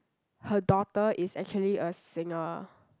her daughter is actually a singer